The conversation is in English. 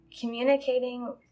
communicating